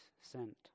sent